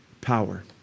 power